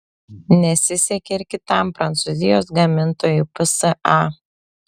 nesisekė ir kitam prancūzijos gamintojui psa